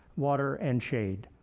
water, and shade.